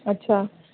अच्छा